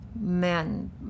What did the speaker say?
men